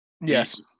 Yes